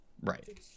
Right